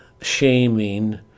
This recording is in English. shaming